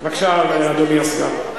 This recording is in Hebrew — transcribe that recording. בבקשה, אדוני סגן השר.